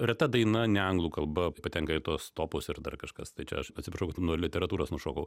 reta daina ne anglų kalba patenka į tuos topus ir dar kažkas tai čia aš atsiprašau kad nuo literatūros nušokau